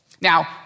Now